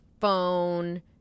phone